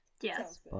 Yes